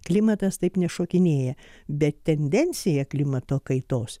klimatas taip nešokinėja bet tendencija klimato kaitos